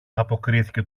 αποκρίθηκε